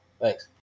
Thanks